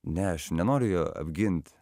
ne aš nenoriu jo apgint